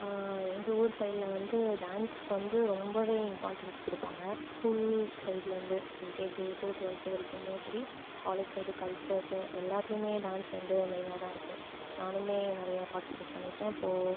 எங்கள் ஊர் சைடில் வந்து டான்ஸ்க்கு வந்து ரொம்ப இம்பார்ட்டன்ஸ் கொடுப்பாங்க ஸ்கூல் சைடில் இருந்து எல்கேஜி டு டுவெல்த் வரைக்கும் சரி காலேஜ் சைட் கல்ச்சுரல்ஸ் எல்லாத்துலேயுமே டான்ஸ் வந்து மெயினாகதான் இருக்கும் நானும் நிறைய பார்ட்டிசிபேட் பண்ணியிருக்கேன் இப்போது